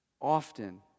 Often